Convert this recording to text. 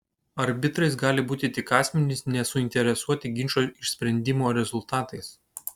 arbitrais gali būti tik asmenys nesuinteresuoti ginčo išsprendimo rezultatais